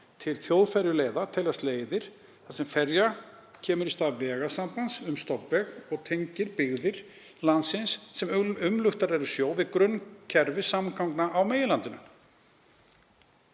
Til þjóðferjuleiða teljast leiðir þar sem ferja kemur í stað vegasambands um stofnveg og tengir byggðir landsins sem umluktar eru sjó við grunnkerfi samgangna á meginlandinu.“